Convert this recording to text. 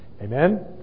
Amen